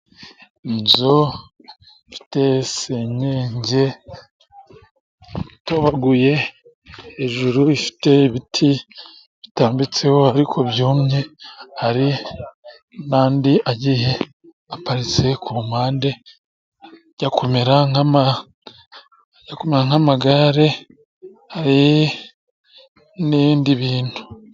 Inzu iteye senyenge itobaguye hejuru ifite ibiti bitambitseho ariko byumye, hari n'andi agiye aparitse ku mpande ajya kumera nk'amagare n'ibindi bintu.